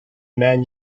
man